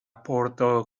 pordo